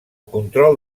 control